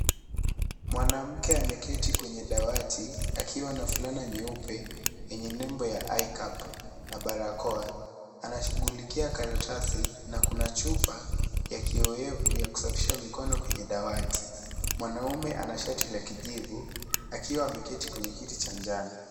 Mwanamke ameketi kwenye dawati akiwa na fulana nyeupe yenye nembo ya ICAP na barakoa. Anashughulikia karatasi na kuna chupa ya kiowevu ya kusafisha mikono kwenye dawati. Mwanamume ana shati la kijivu akiwa ameketi kwenye kiti cha njano.